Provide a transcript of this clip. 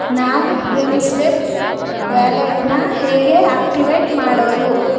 ನಾನು ವೆಂ ಸ್ವೆಪ್ ವ್ಯಾಲೆಟನ್ನ ಹೇಗೆ ಆ್ಯಕ್ಟಿವೇಟ್ ಮಾಡೋದು